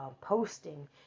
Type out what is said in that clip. posting